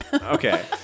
Okay